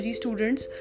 students